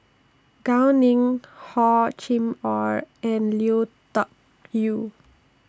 Gao Ning Hor Chim Or and Lui Tuck Yew